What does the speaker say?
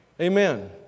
Amen